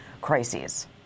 crises